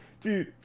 Dude